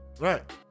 Right